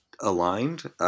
aligned